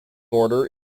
order